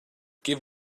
give